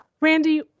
Randy